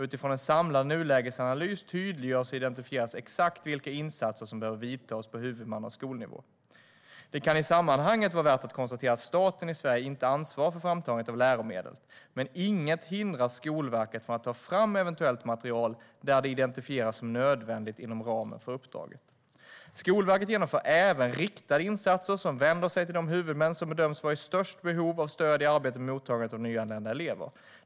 Utifrån en samlad nulägesanalys tydliggörs och identifieras exakt vilka insatser som behöver vidtas på huvudmanna och skolnivå. Det kan i sammanhanget vara värt att konstatera att staten i Sverige inte ansvarar för framtagandet av läromedel. Men inget hindrar Skolverket från att ta fram eventuellt material där det identifieras som nödvändigt inom ramen för uppdraget. Skolverket genomför även riktade insatser som vänder sig till de huvudmän som bedöms vara i störst behov av stöd i arbetet med mottagandet av nyanlända elever.